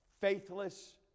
faithless